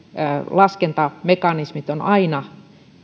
laskentamekanismit ovat aina